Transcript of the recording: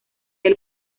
del